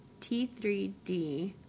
t3d